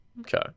Okay